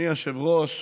אדוני היושב-ראש,